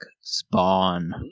Spawn